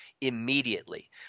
immediately